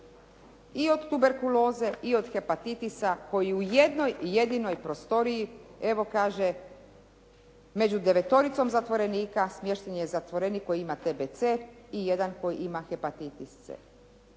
i od tuberkuloze i od hepatitisa koji u jednoj jedinoj prostoriji, evo kaže među devetoricom zatvorenika smješten je zatvorenik koji ima TBC i jedan koji ima hepatitis C.